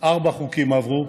ארבעה חוקים עברו,